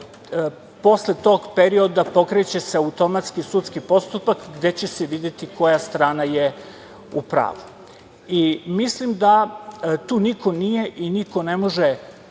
posle tog perioda pokreće se automatski sudski postupak gde će se videti koja strana je u pravu. Mislim da tu niko nije i niko ne može